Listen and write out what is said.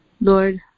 Lord